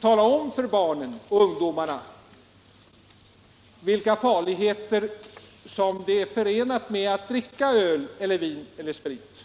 tala om för ungdomarna vilka farligheter som är förenade med att dricka öl, vin och sprit?